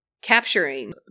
Capturing